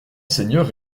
seigneur